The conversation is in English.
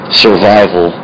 survival